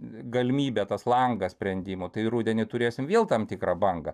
galimybė tas langas sprendimo tai rudenį turėsim vėl tam tikrą bangą